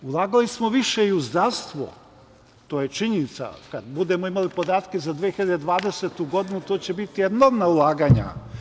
Ulagali smo više i u zdravstvo, to je činjenica i kada budemo imali podatke za 2020. godinu to će biti enormna ulaganja.